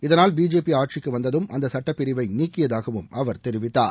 இதனால் பிஜேபி ஆட்சிக்கு வந்ததும் அந்த சுட்டப்பிரிவை நீக்கியதாகவும் அவர் தெரிவித்தார்